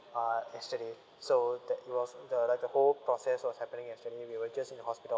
uh yesterday so that it was the like the whole process was happening yesterday we were just in the hospital